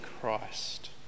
Christ